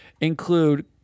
include